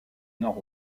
nord